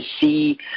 see